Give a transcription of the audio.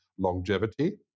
longevity